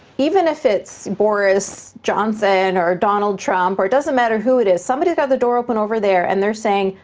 even if it's boris johnson or donald trump, or doesn't matter who it is. somebody got the door open over there and they're saying,